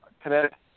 Connecticut